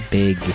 big